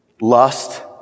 Lust